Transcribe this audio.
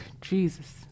Jesus